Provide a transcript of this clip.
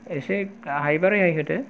एसे हायोब्ला रेहाय होदो